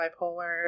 bipolar